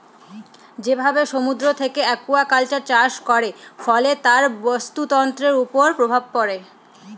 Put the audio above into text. যেভাবে সমুদ্র থেকে একুয়াকালচার চাষ করে, ফলে তার বাস্তুতন্ত্রের উপর প্রভাব পড়ে